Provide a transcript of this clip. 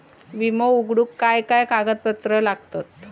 विमो उघडूक काय काय कागदपत्र लागतत?